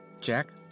Jack